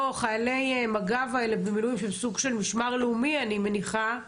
חיילי מג"ב במילואים שזה סוג של משמר לאומי אני מניחה,